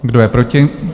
Kdo je proti?